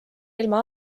ilma